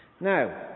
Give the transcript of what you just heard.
Now